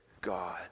God